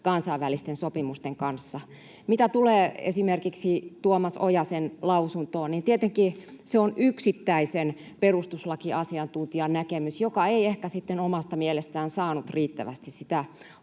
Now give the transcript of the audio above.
kansainvälisten sopimusten kanssa. Mitä tulee esimerkiksi Tuomas Ojasen lausuntoon, niin tietenkin se on yksittäisen perustuslakiasiantuntijan näkemys, joka ei ehkä sitten omasta mielestään saanut riittävästi omaa